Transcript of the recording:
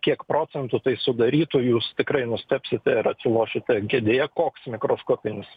kiek procentų tai sudarytų jūs tikrai nustebsit ir atsilošite kėdėje koks mikroskopinis